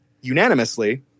unanimously